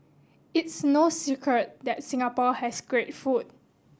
it's no secret that Singapore has great food